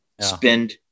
spend